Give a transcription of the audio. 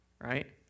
right